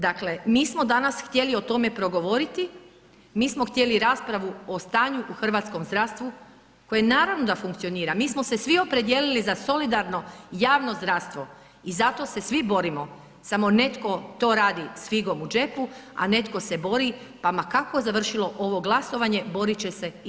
Dakle, mi smo danas htjeli o tome progovoriti, mi smo htjeli raspravu o stanju u hrvatskom zdravlju koji naravno da funkcionira, mi smo se svi opredijelili za solidarno javno zdravstvo i zato se svi borimo samo netko to radi s figom u džepu, a netko se bori, pa ma kako završilo ovo glasovanje, borit će se i dalje.